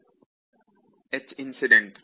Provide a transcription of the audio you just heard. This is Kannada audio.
ವಿದ್ಯಾರ್ಥಿH ಇನ್ಸಿಡೆಂಟ್